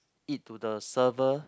it to the server